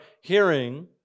hearing